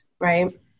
Right